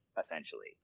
essentially